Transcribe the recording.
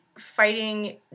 fighting